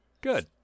good